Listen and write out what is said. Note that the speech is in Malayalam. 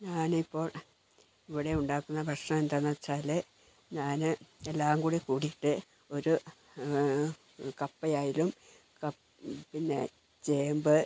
ഞാനിപ്പോൾ ഇവിടെ ഉണ്ടാക്കുന്ന ഭക്ഷണം എന്താണന്ന് വെച്ചാൽ ഞാൻ എല്ലാം കൂടെ കൂട്ടീട്ട് ഒരു ഒരു കപ്പയായാലും പിന്നെ ചേമ്പ്